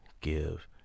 give